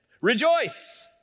Rejoice